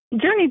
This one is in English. Journey